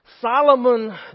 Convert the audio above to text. Solomon